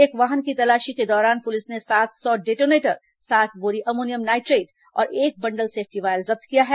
एक वाहन की तलाशी के दौरान पुलिस ने सात सौ डेटोनेटर सात बोरी अमोनियम नाइट्रेट और एक बंडल सेफ्टी वायर जब्त किया है